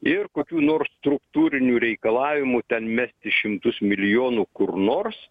ir kokių nors struktūrinių reikalavimų ten mesti šimtus milijonų kur nors